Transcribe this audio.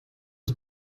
aus